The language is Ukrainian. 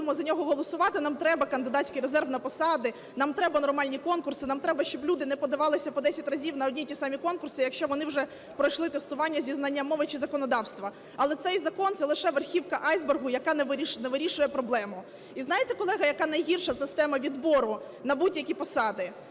будемо за нього голосувати. Нам треба кандидатський резерв на посади, нам треба нормальні конкурси, нам треба, щоб люди не подавалися по десять разів а одні й ті самі конкурси, якщо вони вже пройшли тестування зі знання мови чи законодавства. Але цей закон – це лише верхівка айсбергу, яка не вирішує проблему. І, знаєте, колеги, яка найгірша система відбору на будь-які посади?